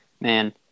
man